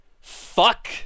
Fuck